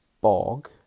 bog